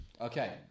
Okay